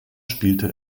spielte